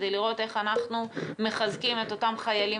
לראות איך אנחנו מחזקים את אותם חיילים